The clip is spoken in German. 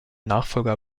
nachfolger